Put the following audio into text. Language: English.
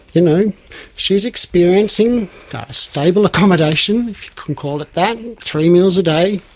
you know she is experiencing stable accommodation, if you can call it that, three meals a day,